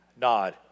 Nod